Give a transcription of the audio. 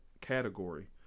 category